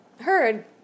heard